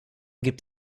gibt